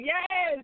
Yes